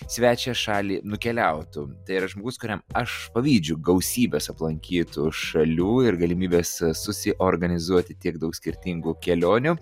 svečią šalį nukeliautų tai yra žmogus kuriam aš pavydžiu gausybės aplankytų šalių ir galimybės susiorganizuoti tiek daug skirtingų kelionių